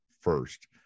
first